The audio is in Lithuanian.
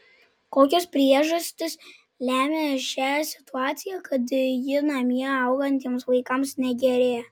kokios priežastys lemia šią situaciją kad ji namie augantiems vaikams negerėja